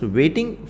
waiting